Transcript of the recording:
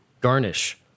Garnish